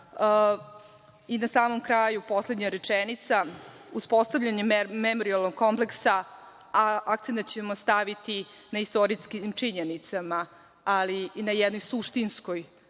samom kraju, poslednja rečenica, uspostavljanjem memorijalnog kompleksa akcenat ćemo staviti na istorijske činjenice, ali i na jednu suštinsku